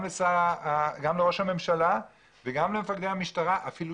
גם לראש הממשלה וגם למפקדי המשטרה אבל אפילו